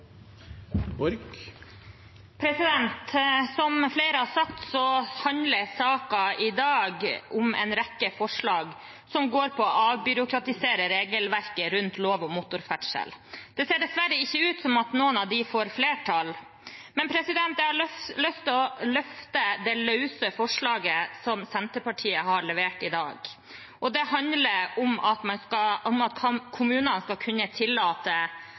går på å avbyråkratisere regelverket rundt lov om motorferdsel. Det ser dessverre ikke ut som om noen av dem får flertall, men jeg har lyst til å løfte det forslaget som Senterpartiet har levert i dag. Det handler om at kommunene skal kunne tillate ATV på barmark der næringsvirksomhet i utmark er en tungtveiende grunn. Jeg har stor tillit til at kommunene klarer å håndtere slike søknader selv, uten at det skal